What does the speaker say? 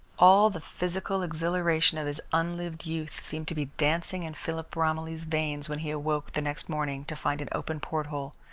all the physical exhilaration of his unlived youth seemed to be dancing in philip romilly's veins when he awoke the next morning to find an open porthole,